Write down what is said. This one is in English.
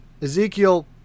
Ezekiel